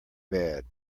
bad